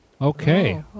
Okay